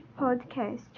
podcast